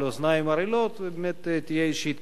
ערלות ובאמת תהיה איזושהי התקדמות,